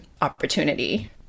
opportunity